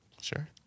Sure